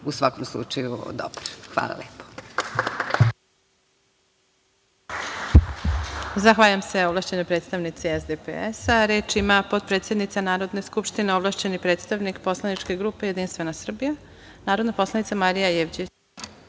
u svakom slučaju dobar. Hvala lepo.